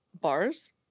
Bars